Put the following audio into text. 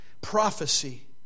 prophecy